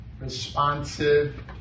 responsive